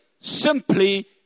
simply